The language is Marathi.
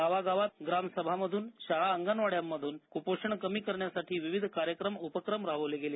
गावागावात ग्रॉमसभा मधून शाळा अंगणवाड्या मधून कुपोषण कमी करण्यासाठी विविध कार्यक्रम उपक्रम राबविले गेले